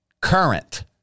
current